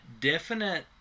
definite